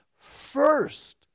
first